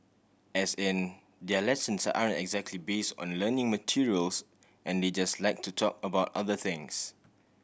as in their lessons aren't exactly base on learning materials and they just like to talk about other things